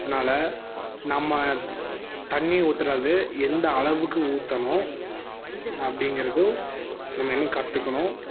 அதனால நம்ம தண்ணி ஊற்றறது எந்த அளவுக்கு ஊற்றணும் ந அப்படிங்கிறதும் நம்ம இன்னும் கற்றுக்கணும்